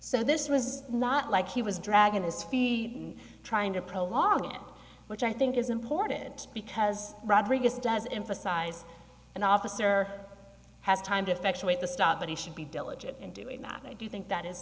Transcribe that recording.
so this was not like he was dragging his feet and trying to prolong it which i think is important because rodriguez does emphasize an officer has time to effectuate the stop but he should be diligent and do it matter i do think that is